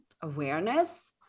awareness